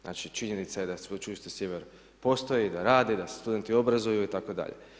Znači činjenica je da Sveučilište Sjever postoji, da radi, da se studenti obrazuju itd.